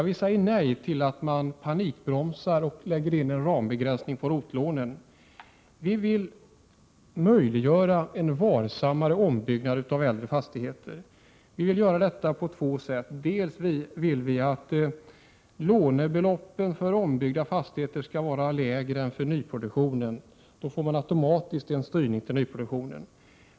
Vi säger nej till att man panikbromsar och lägger in en rambegränsning på ROT-lånen. Vi vill möjliggöra en varsammare ombyggnad av äldre fastigheter. Vi vill göra detta på två sätt. Vi vill att lånebeloppen för ombyggda fastigheter skall vara lägre än lånebeloppen för nyproduktion. Då får man automatiskt en styrning till nyproduktionen.